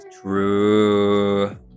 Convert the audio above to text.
true